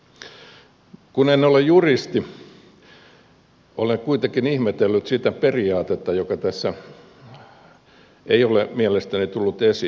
en ole juristi mutta olen kuitenkin ihmetellyt sitä periaatetta joka tässä ei ole mielestäni tullut esiin